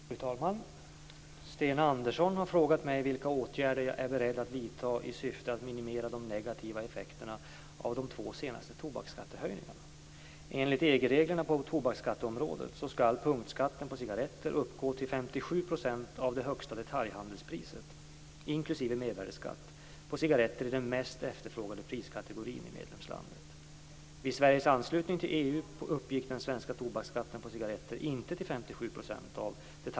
Fru talman! Sten Andersson har frågat mig vilka åtgärder jag är beredd att vidta i syfte att minimera de negativa effekterna av de två senaste tobaksskattehöjningarna. 57 % av detaljhandelspriset på det mest sålda cigarettmärket.